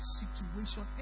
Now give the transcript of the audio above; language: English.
situation